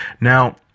Now